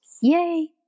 Yay